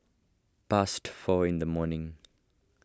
past four in the morning